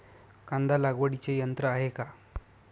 कांदा लागवडीचे यंत्र आहे का?